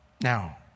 Now